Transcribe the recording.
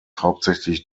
hauptsächlich